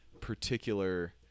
particular